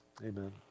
Amen